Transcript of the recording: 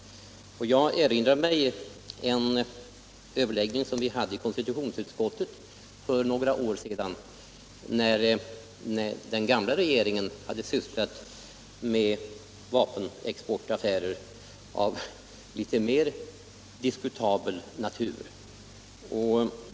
Jag erinrar mig en överläggning som vi hade i konstitutionsutskottet för några år sedan, när den gamla regeringen hade sysslat med vapenexportaffärer av litet mer diskutabel natur.